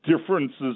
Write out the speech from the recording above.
differences